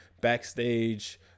backstage